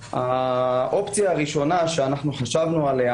האופציה הראשונה שאנחנו חשבנו עליה